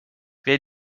wer